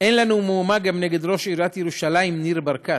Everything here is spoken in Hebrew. אין לנו מאומה גם נגד ראש עיריית ירושלים ניר ברקת,